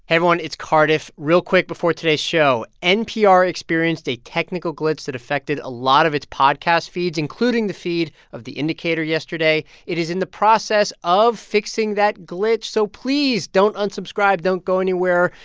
hey, everyone, it's cardiff. real quick before today's show npr experienced a technical glitch that affected a lot of its podcast feeds, including the feed of the indicator yesterday. it is in the process of fixing that glitch, so please don't unsubscribe. don't go anywhere.